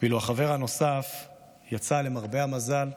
ואילו החבר הנוסף יצא, למרבה המזל,